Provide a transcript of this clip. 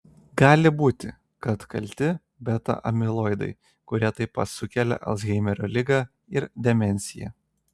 gali būti kad kalti beta amiloidai kurie taip pat sukelia alzheimerio ligą ir demenciją